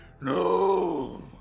No